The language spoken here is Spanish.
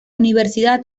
universidad